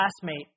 classmate